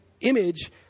image